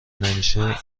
نمیشه